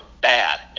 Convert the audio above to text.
bad